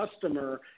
customer